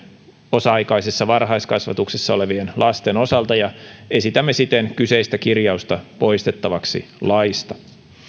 osa aikaisessa varhaiskasvatuksessa olevien lasten osalta ja esitämme siten kyseistä kirjausta poistettavaksi laista